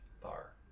bar